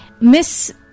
Miss